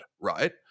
right